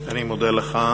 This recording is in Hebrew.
אני מודה לך.